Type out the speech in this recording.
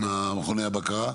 מכוני הבקרה?